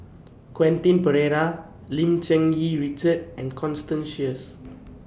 Quentin Pereira Lim Cherng Yih Richard and Constance Sheares